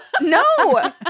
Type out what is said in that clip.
No